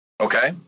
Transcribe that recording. okay